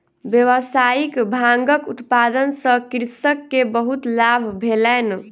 व्यावसायिक भांगक उत्पादन सॅ कृषक के बहुत लाभ भेलैन